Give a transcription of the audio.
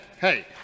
hey